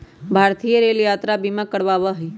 भारतीय रेल यात्रा बीमा करवावा हई